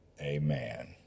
Amen